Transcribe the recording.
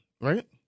Right